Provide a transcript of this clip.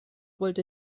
wollte